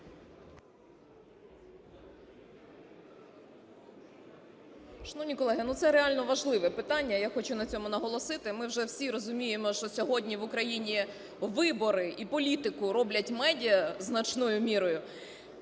Шановні колеги, це реально важливе питання, я хочу на цьому наголосити. Ми вже всі розуміємо, що сьогодні в Україні вибори і політику роблять медіа значною мірою,